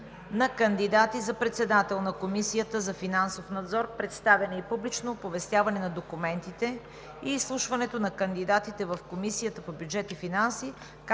на кандидати за председател на Комисията за финансов надзор, представяне и публично оповестяване на документите и изслушването на кандидатите в Комисията по бюджет и финанси,